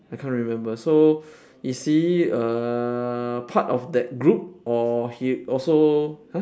I can't remember so is he uh part of that group or he also !huh!